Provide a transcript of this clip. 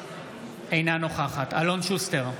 אינה נוכחת אלון שוסטר,